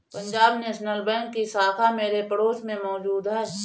Punjab national bank की शाखा मेरे पड़ोस में मौजूद है